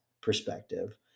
perspective